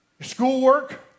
schoolwork